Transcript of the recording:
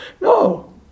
No